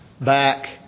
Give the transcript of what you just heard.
back